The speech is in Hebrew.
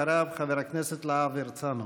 אחריו, חבר הכנסת להב הרצנו.